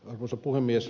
arvoisa puhemies